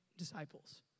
Disciples